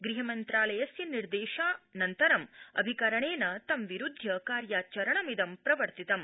गृहमन्त्रालयस्व निर्देशानन्तरं अभिकरणेन तं विरूद्वय कार्याचरणमिदं प्रवर्तितम्